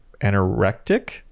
anorectic